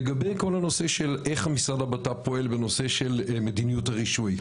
לגבי כל הנושא של איך משרד הבט"פ פועל בנושא של מדיניות הרישוי.